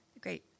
Great